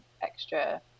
extra